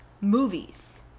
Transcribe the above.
movies